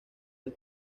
del